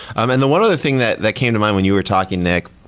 um and the one other thing that that came to mind when you were talking, nick,